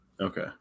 Okay